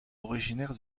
originaire